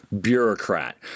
bureaucrat